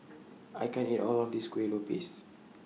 I can't eat All of This Kuih Lopes